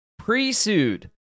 pre-sued